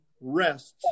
rests